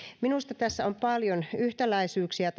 minusta tässä aloitteessa on paljon yhtäläisyyksiä